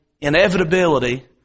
inevitability